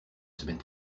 semaine